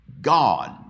God